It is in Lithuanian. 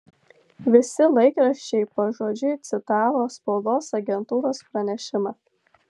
visi laikraščiai pažodžiui citavo spaudos agentūros pranešimą